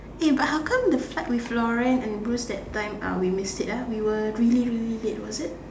eh but how come the flight with Lauren and Bruce that time uh we missed it ah we were really really late was it